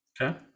Okay